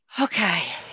Okay